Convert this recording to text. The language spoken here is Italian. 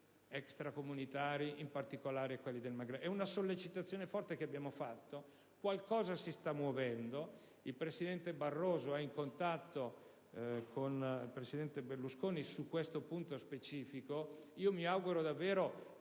È una sollecitazione forte che abbiamo fatto; qualcosa si sta muovendo. Il presidente Barroso è in contatto con il presidente Berlusconi su questo punto specifico; mi auguro davvero che, anche